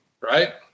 Right